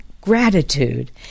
gratitude